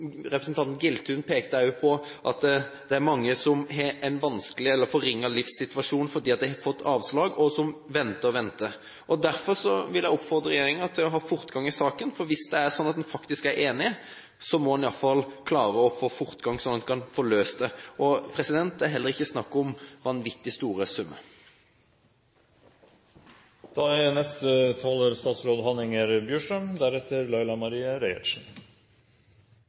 Representanten Giltun pekte også på at det er mange som har en vanskelig eller forringet livssituasjon fordi de har fått avslag, og som venter og venter. Derfor vil jeg oppfordre regjeringen til å få fortgang i saken. Hvis det er slik at en er enig, må en i alle fall klare å få fortgang, slik at en kan få løst dette. Det er heller ikke snakk om vanvittig store summer.